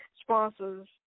sponsors